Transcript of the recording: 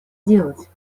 делать